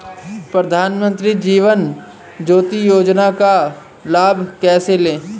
प्रधानमंत्री जीवन ज्योति योजना का लाभ कैसे लें?